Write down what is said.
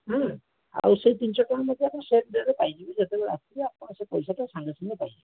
ହଁ ଆଉ ସେହି ତିନିଶହ ଟଙ୍କା ମଧ୍ୟ ଆପଣ ସେହି ଡେରେ ପାଇଯିବେ ଯେତେବେଳେ ଆସିବେ ଆପଣ ସେହି ପଇସାଟା ସାଙ୍ଗେସାଙ୍ଗେ ପାଇଯିବେ